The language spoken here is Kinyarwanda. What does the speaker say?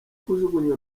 kujugunya